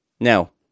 Now